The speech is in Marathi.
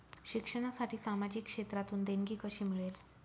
शिक्षणासाठी सामाजिक क्षेत्रातून देणगी कशी मिळेल?